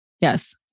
Yes